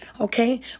okay